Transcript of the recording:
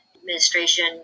administration